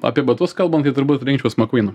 apie batus kalbant tai turbūt rinkčiaus makvyną